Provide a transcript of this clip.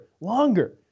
Longer